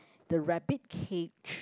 the rabbit cage